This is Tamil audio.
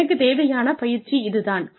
எனக்குத் தேவையான பயிற்சி இது தான்